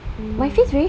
mm